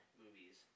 movies